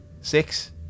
six